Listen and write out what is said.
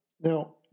Now